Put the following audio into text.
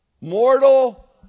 mortal